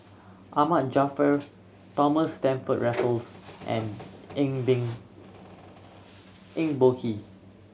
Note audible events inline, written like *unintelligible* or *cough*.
Ahmad Jaafar Thomas Stamford Raffles and Eng *unintelligible* Eng Boh Kee